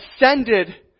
ascended